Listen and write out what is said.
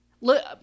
Look